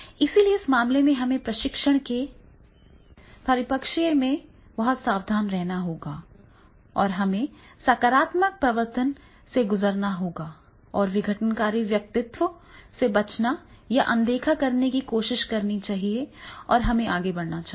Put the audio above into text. इसलिए इस मामले में हमें प्रशिक्षण के परिप्रेक्ष्य में बहुत सावधान रहना होगा और हमें सकारात्मक प्रवर्तन से गुजरना होगा और विघटनकारी व्यक्तित्वों से बचने या अनदेखा करने की कोशिश करनी चाहिए और हमें आगे बढ़ना चाहिए